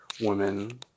women